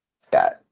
Scott